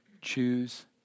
choose